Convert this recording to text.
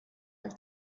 will